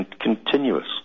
continuous